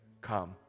come